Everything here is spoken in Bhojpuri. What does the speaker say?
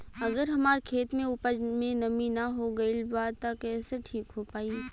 अगर हमार खेत में उपज में नमी न हो गइल बा त कइसे ठीक हो पाई?